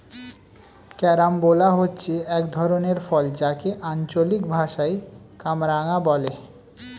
carambola হচ্ছে এক ধরনের ফল যাকে আঞ্চলিক ভাষায় কামরাঙা বলে